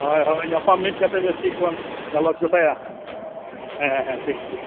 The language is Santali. ᱦᱳᱭ ᱦᱳᱭ ᱧᱟᱯᱟᱢ ᱢᱤᱫ ᱠᱟᱛᱮ ᱵᱮᱥ ᱴᱷᱤᱠᱵᱚᱱ ᱜᱟᱞᱚᱪ ᱜᱚᱴᱟᱭᱟ ᱦᱮᱸ ᱦᱮᱸ ᱴᱷᱤᱠ ᱴᱷᱤᱠ